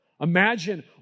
Imagine